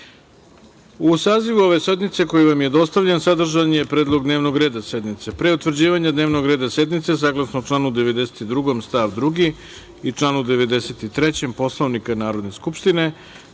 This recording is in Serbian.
sazivu ove sednice koja vam je dostavljen, sadržan je predlog dnevnog reda sednice. Pre utvrđivanja dnevnog reda sednice, saglasno članu 92. stav 2. i članu 93. Poslovnika Narodne skupštine,